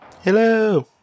Hello